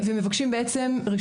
אנחנו מבקשים רשות,